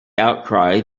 outcry